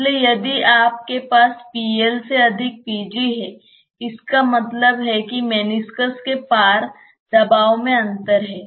इसलिए यदि आपके पास Pl से अधिक Pg है इसका मतलब है कि मेनिस्कस के पार दबाव में अंतर है